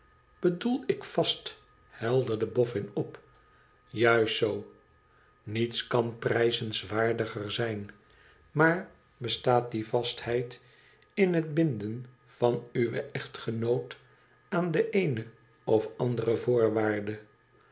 bedoel ik vast helderde boffin op juist zoo niets kan prijzenswaardiger zijn maar bestaat die vastheid in het binden van uwe echtgenoot aan de eene of andere voorwaarde